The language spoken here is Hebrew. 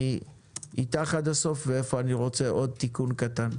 מסכים איתה ואיפה אני רוצה עוד תיקון קטן.